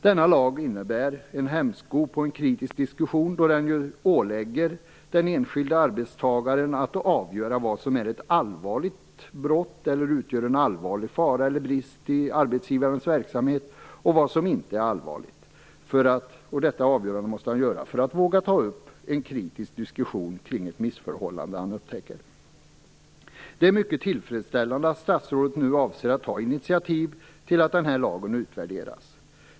Denna lag innebär en hämsko på en kritisk diskussion, då den ålägger den enskilde arbetstagaren att avgöra vad som är ett allvarligt brott eller utgör en allvarlig fara eller brist i arbetsgivarens verksamhet och vad som inte är allvarligt. Detta avgörande måste han göra för att våga ta upp en kritisk diskussion kring ett missförhållande han upptäcker. Det är mycket tillfredsställande att statsrådet nu avser att ta initiativ till att den här lagen utvärderas.